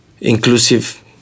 inclusive